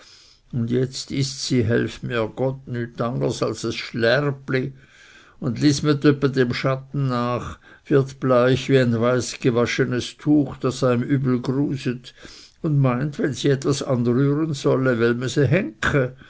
und jetzt ist sie helf mir gott nüt angers als es schlärpli und lismet öppe dem schatten nach wird bleich wie ein weiß gewaschenes tuch daß es eim übel gruset und meint wenn sie etwas anrühren solle